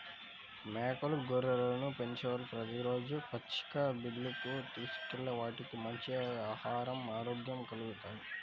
మేకలు, గొర్రెలను పెంచేవాళ్ళు ప్రతి రోజూ పచ్చిక బీల్లకు తీసుకెళ్తే వాటికి మంచి ఆహరం, ఆరోగ్యం కల్గుతాయి